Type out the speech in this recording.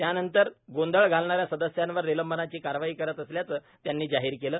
त्यानंतर गोंधळ घालणाऱ्या सदस्यांवर निलंबनाची कारवाई करत असल्याचं त्यांनी जाहीर केलं